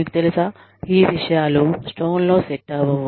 మీకు తెలుసా ఈ విషయాలు స్టోన్ లో సెట్ అవ్వవు